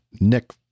Nick